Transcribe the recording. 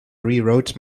rewrote